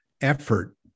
effort